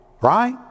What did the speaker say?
right